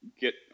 get